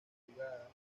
madrugada